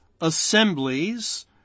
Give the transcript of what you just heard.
assemblies